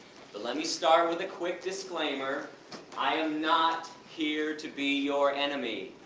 but let me start with a quick disclaimer i am not here to be your enemy.